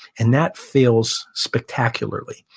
and that fails spectacularly.